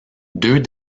deux